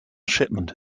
shipment